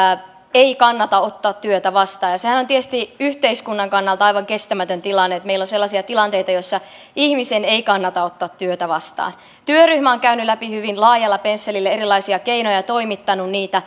ei kannata ottaa työtä vastaan ja sehän on tietysti yhteiskunnan kannalta aivan kestämätön tilanne että meillä on sellaisia tilanteita joissa ihmisen ei kannata ottaa työtä vastaan työryhmä on käynyt läpi hyvin laajalla pensselillä erilaisia keinoja ja toimittanut niitä